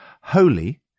holy